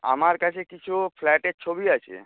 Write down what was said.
আমার কাছে কিছু ফ্ল্যাটের ছবি আছে